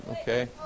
Okay